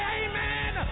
amen